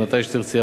מתי שתרצי,